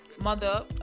mother